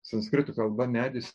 sanskrito kalba medis